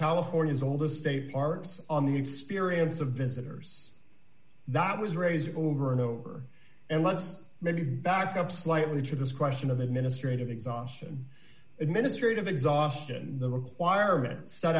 california's oldest state parks on the experience of visitors that was raised over and over and let's maybe back up slightly to this question of administrative exhaustion administrative exhaustion the requirements s